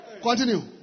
Continue